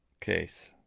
case